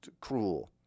cruel